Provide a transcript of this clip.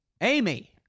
Amy